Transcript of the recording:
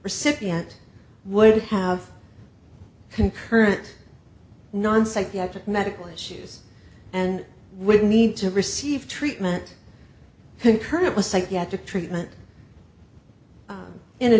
recipient would have concurrent non psychiatric medical issues and would need to receive treatment concurrent with psychiatric treatment in a